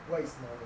what it's now lah